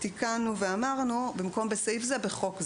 תיקנו ואמרנו: במקום "בסעיף זה" "בחוק זה",